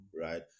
right